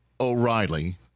O'Reilly